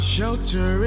shelter